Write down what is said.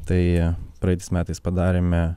tai praeitais metais padarėme